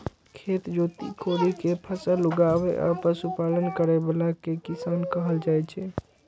खेत जोति कोड़ि कें फसल उगाबै आ पशुपालन करै बला कें किसान कहल जाइ छै